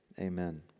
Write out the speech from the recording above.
amen